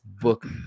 book